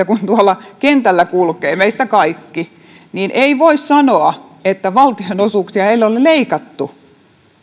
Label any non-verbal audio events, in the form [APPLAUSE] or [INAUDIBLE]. [UNINTELLIGIBLE] kun tuolla kentällä kulkevat meistä kaikki ei voi sanoa että valtionosuuksia ei ole leikattu